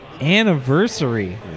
anniversary